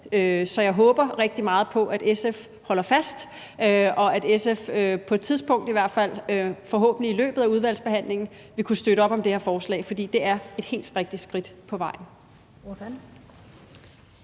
Så jeg håber rigtig meget på, at SF holder fast, og at SF på et tidspunkt, forhåbentlig i løbet af udvalgsbehandlingen, vil kunne støtte op om det her forslag, fordi det er et helt rigtigt skridt på vejen.